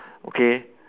okay